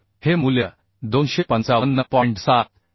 तर हे मूल्य 255